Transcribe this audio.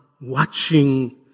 watching